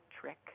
trick